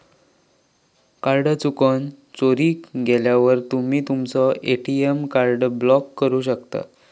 card चुकून, चोरीक गेल्यावर तुम्ही तुमचो ए.टी.एम कार्ड ब्लॉक करू शकता